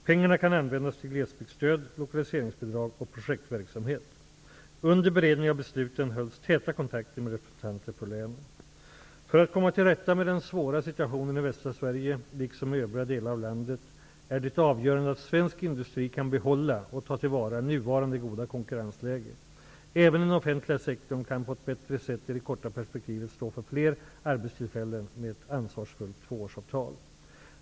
Pengarna kan användas till glesbygdsstöd, lokaliseringsbidrag och projektverksamhet. Under beredningen av besluten hölls täta kontakter med representanter från länen. För att komma till rätta med den svåra situationen i västra Sverige liksom i övriga delar av landet, är det avgörande att svensk industri kan behålla och ta till vara nuvarande goda konkurrensläge. Även den offentliga sektorn kan på ett bättre sätt i det korta perspektivet stå för fler arbetstillfällen med ett ansvarsfullt tvåårsavtal.